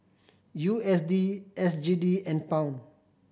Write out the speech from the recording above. U S D S G D and Pound